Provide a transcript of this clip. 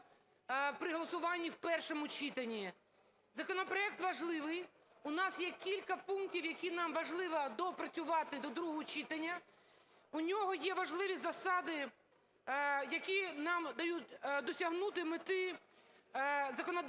при голосуванні в першому читанні. Законопроект важливий. У нас є кілька пунктів, які нам важливо доопрацювати до другого читання. У нього є важливі засади, які нам дають досягнути мети законодавчого